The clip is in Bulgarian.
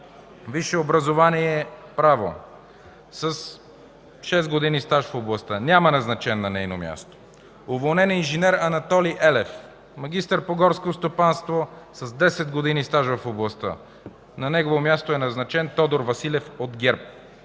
висше образование „Право”, със шест години стаж в областта. Няма назначен на нейно място. Уволнен е инж. Анатолий Елев – магистър по горско стопанство”, с 10 години стаж в областта. На негово място е назначен Тодор Василев от ГЕРБ.